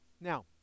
Now